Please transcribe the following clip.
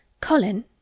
Colin